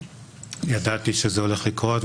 וידעתי שזה הולך לקרות,